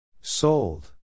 Sold